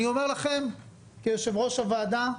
אני אומר לכם כיושב-ראש הוועדה,